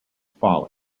folly